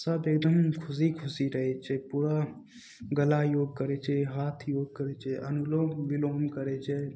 सब एकदम खुशी खुशी रहय छै पूरा गला योग करय छै हाथ योग करय छै अनुलोम विलोम करय छै